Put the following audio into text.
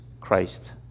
Christ